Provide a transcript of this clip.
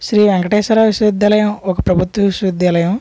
శ్రీ వెంకటేశ్వర విశ్వవిద్యాలయం ఒక ప్రభుత్వ విశ్వవిద్యాలయం